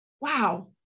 Wow